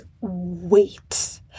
wait